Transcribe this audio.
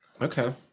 Okay